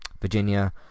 Virginia